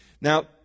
Now